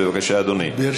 בבקשה, אדוני.